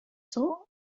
sceaux